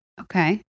Okay